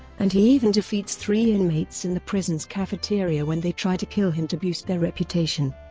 and he even defeats three inmates in the prison's cafeteria when they try to kill him to boost their reputation.